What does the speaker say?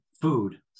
food